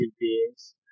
beings